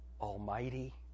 Almighty